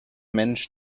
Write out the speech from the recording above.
mensch